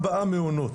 ארבעה מעונות,